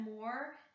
more